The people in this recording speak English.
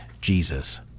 Jesus